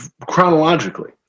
chronologically